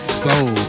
soul